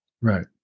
right